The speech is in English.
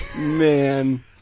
Man